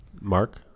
Mark